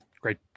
Great